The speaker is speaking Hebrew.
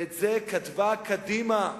ואת זה כתבה קדימה.